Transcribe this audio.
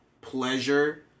pleasure